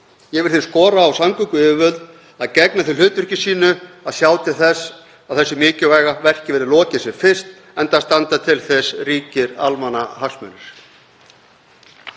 Ég vil því skora á samgönguyfirvöld að gegna því hlutverki sínu að sjá til þess að þessu mikilvæga verki verði lokið sem fyrst, enda standa til þess ríkir almannahagsmunir.